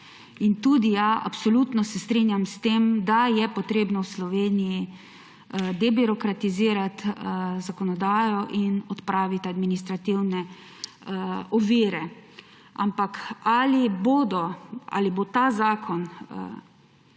Ja, tudi absolutno se strinjam s tem, da je potrebno v Sloveniji debirokratizirati zakonodajo in odpraviti administrativne ovire. Ampak ali bo ta zakon